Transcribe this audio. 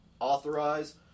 authorize